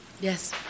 Yes